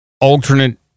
alternate